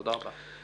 תודה רבה.